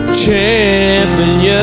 champion